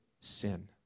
sin